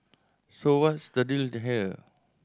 so what's the deal to here